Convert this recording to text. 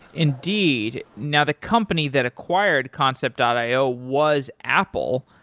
indeed. now, the company that acquired concept io was apple.